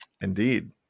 indeed